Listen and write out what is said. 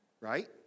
Right